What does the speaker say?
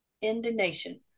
Indignation